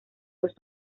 los